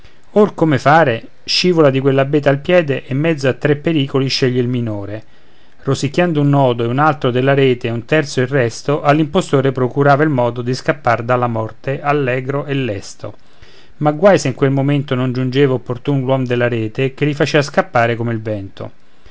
or come fare scivola di quell'abete al piede e in mezzo a tre pericoli sceglie il minore rosicchiando un nodo e un altro della rete e un terzo e il resto all'impostore procurava il modo di scappar dalla morte allegro e lesto ma guai se in quel momento non giungeva opportun l'uom della rete che li facea scappare come il vento